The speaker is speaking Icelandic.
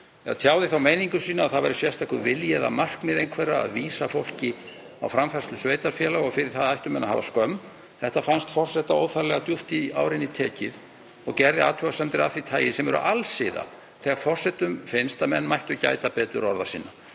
tjáði þá meiningu sína að það væri sérstakur vilji eða markmið einhverra að vísa fólki á framfærslu sveitarfélaga og fyrir það ættu menn að hafa skömm. Það fannst forseta óþarflega djúpt í árinni tekið og gerði athugasemdir af því tagi sem eru alsiða þegar forseta finnst að menn mættu gæta betur orða sinna.